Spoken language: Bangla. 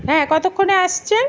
হ্যাঁ কতক্ষণে আসছেন